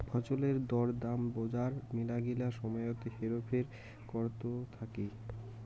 ফছলের দর দাম বজার মেলাগিলা সময়ত হেরফের করত থাকি